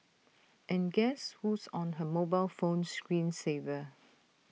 and guess who's on her mobile phone screen saver